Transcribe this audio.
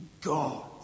God